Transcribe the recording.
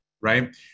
right